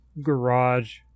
garage